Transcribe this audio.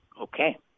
Okay